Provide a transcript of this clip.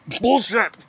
bullshit